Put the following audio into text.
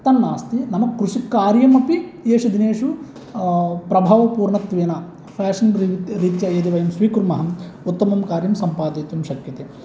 तन्नास्ति नाम कृषिकार्यम् अपि येषु दिनेषु प्रभावपूर्णत्वेन फेशन्रीत्या यदि वयं स्वीकुर्मः उत्तमं कार्यं सम्पादयितुं शक्यते